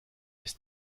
ist